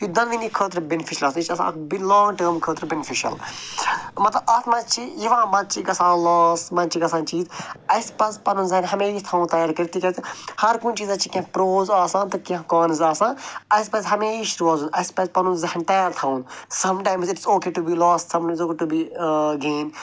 یہِ دۄنؤنی خٲطرٕ بیٚنفِشَل تہٕ یہِ چھِ آسان اَکھ بیٚیہِ لانٛگ ٹٔرٕم خٲطرٕ بیٚنفِشَل مطلب اَتھ منٛز چھِ یِوان منٛزٕ چھِ یہِ گژھان لاس منٛزٕ چھِ گژھان ٹھیٖک اَسہِ پَزِ پَنُن ذہن ہمیشہٕ یہِ تھاوُن تیار کٔرِتھ تِکیٛازِ ہَر کُنہِ چیٖزس چھِ کیٚنٛہہ پرٛوز آسان تہٕ کیٚنٛہہ کانٕز آسان اَسہِ پَزِ ہمیشہٕ روزُن اَسہِ پَزِ پنُن ذہن تیار تھاوُن sometimes it's okay to be loss some to B gain